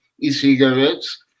e-cigarettes